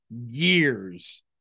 years